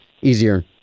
easier